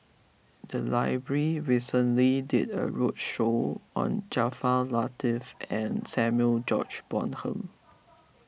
the library recently did a roadshow on Jaafar Latiff and Samuel George Bonham